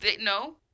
no